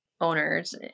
owners